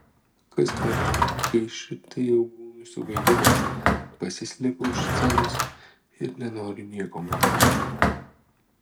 kaskart kai šitai jau būnu suvaidinęs pasislepiu už scenos ir nenoriu nieko matyti